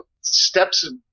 steps